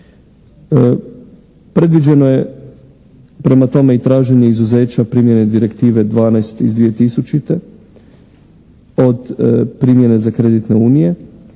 Predviđeno je prema tome i traženje izuzeća, primjene direktive 12 iz 2000. od primjene za kreditne unije.